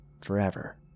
forever